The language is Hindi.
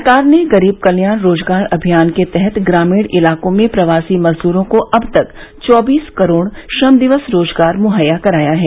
सरकार ने गरीब कल्याण रोजगार अभियान के तहत ग्रामीण इलाकों में प्रवासी मजद्रों को अब तक चौबीस करोड़ श्रम दिवस रोजगार मुहैया कराया है